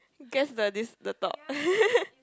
guess the this the top